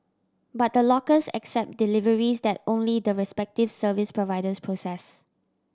but the lockers accept deliveries that only the respective service providers process